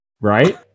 right